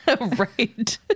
Right